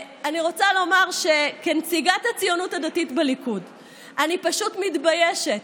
אני רוצה לומר שכנציגת הציונות הדתית בליכוד אני פשוט מתביישת